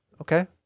Okay